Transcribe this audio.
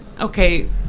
okay